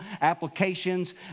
applications